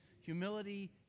humility